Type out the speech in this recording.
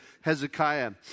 Hezekiah